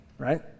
right